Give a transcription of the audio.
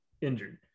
injured